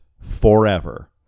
forever